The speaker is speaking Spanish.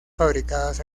fabricadas